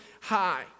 high